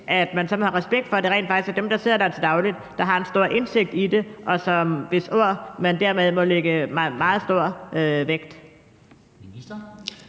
at man må have respekt for dem, der sidder der til daglig og har stor indsigt i det, og hvis ord man derfor må lægge meget stor vægt på,